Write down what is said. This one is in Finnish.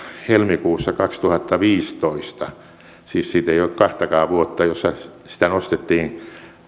helmikuussa kaksituhattaviisitoista siis siitä ei ole kahtakaan vuotta jossa sitä nostettiin